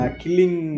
killing